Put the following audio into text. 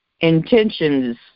intentions